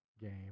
game